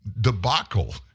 debacle